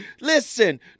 Listen